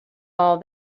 all